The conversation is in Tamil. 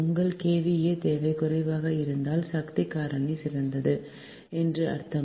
உங்கள் KVA தேவை குறைவாக இருந்தால் சக்தி காரணி சிறந்தது என்று அர்த்தம்